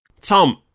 Tom